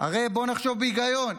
הרי בואו נחשוב בהיגיון,